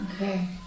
Okay